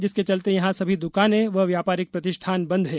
जिसके चलते यहां सभी दुकानें व व्यापारिक प्रतिष्ठान बंद हैं